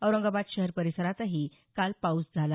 औरंगाबाद शहर परिसरातही काल पाऊस झाला